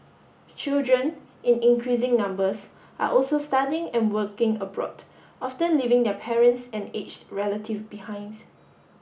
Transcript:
children in increasing numbers are also studying and working abroad often leaving their parents and aged relative behinds